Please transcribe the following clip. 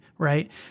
right